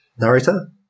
Narrator